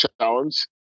challenge